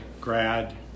grad